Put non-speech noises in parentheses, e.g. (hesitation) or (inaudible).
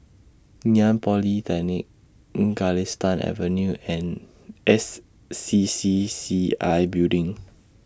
Ngee Ann Polytechnic (hesitation) Galistan Avenue and S C C C I Building